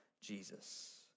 Jesus